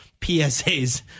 PSAs